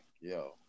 yo